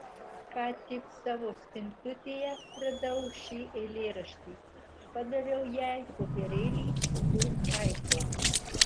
ką tik savo spintutėje radau šį eilėraštį padaviau jai popierėlį su haiku